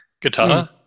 guitar